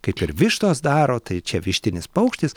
kaip ir vištos daro tai čia vištinis paukštis